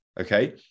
okay